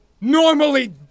Normally